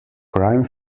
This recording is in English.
crime